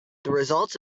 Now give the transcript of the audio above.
results